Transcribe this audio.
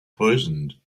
poisoned